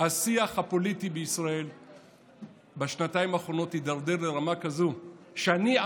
השיח הפוליטי בישראל בשנתיים האחרונות הידרדר לרמה כזאת שאני,